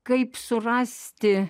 kaip surasti